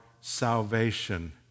salvation